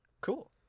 Cool